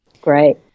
Great